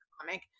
comic